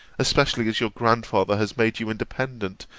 especially as your grandfather has made you independent,